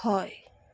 হয়